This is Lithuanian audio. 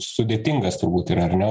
sudėtingas turbūt yra ar ne